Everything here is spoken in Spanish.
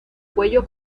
cuello